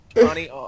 Johnny